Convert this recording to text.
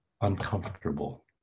uncomfortable